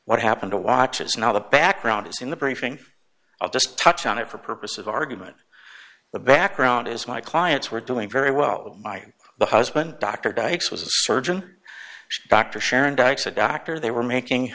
what happened a watch is not a background as in the briefing i just touch on it for purposes of argument the background is my clients were doing very well my husband dr dykes was a surgeon dr sharon dykes a doctor they were making